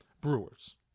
Brewers